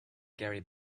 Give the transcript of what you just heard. gary